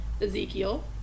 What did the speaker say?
Ezekiel